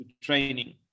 training